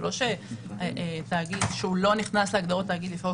זה לא שתאגיד שהוא לא נכנס להגדרות תאגיד בחוק